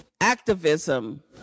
activism